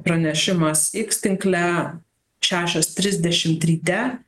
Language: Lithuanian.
pranešimas tinkle šešios trisdešimt ryte